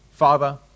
Father